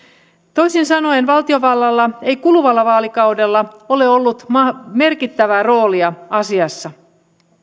toisin sanoen valtiovallalla ei kuluvalla vaalikaudella ole ollut merkittävää roolia asiassa